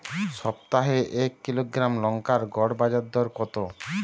সপ্তাহে এক কিলোগ্রাম লঙ্কার গড় বাজার দর কতো?